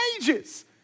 wages